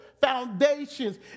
foundations